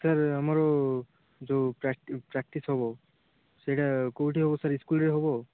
sir ଆମର ଯେଉଁ practice ହବ ସେଇଟା କେଉଁଠି ହବ ସାର୍ ସ୍କୁଲରେ ହବ